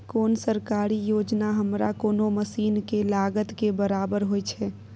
कोन सरकारी योजना हमरा कोनो मसीन के लागत के बराबर होय छै?